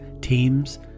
teams